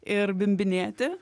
ir bimbinėti